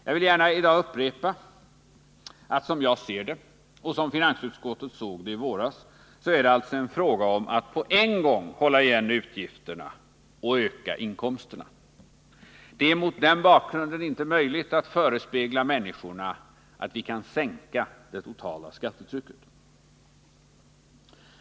Jag vill gärna i dag upprepa att som jag ser det och som finansutskottet såg det i våras är det alltså en fråga om att på en gång hålla igen utgifterna och öka inkomsterna. Det är mot den bakgrunden inte möjligt att förespegla människorna att vi kan sänka det totala skattetrycket.